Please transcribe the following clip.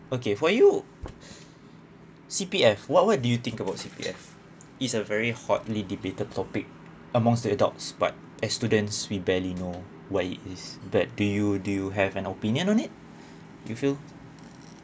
okay for you C_P_F what what do you think about C_P_F is a very hotly debated topic amongst the adults but as students we barely know what is that do you do you have an opinion on it you feel